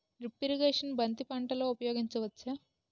Drip irrigation బంతి పంటలో ఊపయోగించచ్చ?